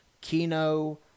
Kino